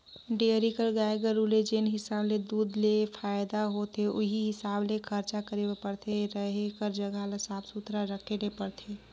dairy कर गाय गरू ले जेन हिसाब ले दूद ले फायदा होथे उहीं हिसाब ले खरचा करे बर परथे, रहें कर जघा ल साफ सुथरा रखे ले परथे